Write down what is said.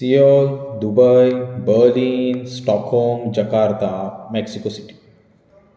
Seoul Dubai Berlin Stockholm Jakarta Mexico City